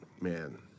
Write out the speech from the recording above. man